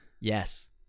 Yes